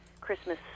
Christmas